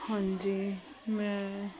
ਹਾਂਜੀ ਮੈਂ